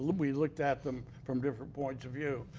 we looked at them from different point of view.